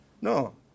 No